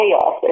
chaos